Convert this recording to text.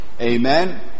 Amen